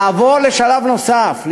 לעבור לשלב נוסף,